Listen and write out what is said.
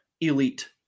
elite